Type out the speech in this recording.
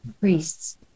priests